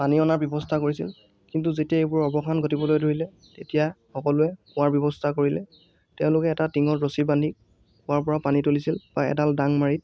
পানী অনাৰ ব্যৱস্থা কৰিছিল কিন্তু যেতিয়া এইবোৰৰ অৱসান ঘটিবলৈ ধৰিলে তেতিয়া সকলোৱে কুঁৱাৰ ব্যৱস্থা কৰিলে তেওঁলোকে এটা টিঙত ৰছী বান্ধি কুঁৱাৰপৰা পানী তুলিছিল বা এডাল ডাংমাৰিত